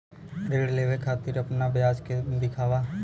ऋण लेवे के खातिर अपना व्यापार के दिखावा?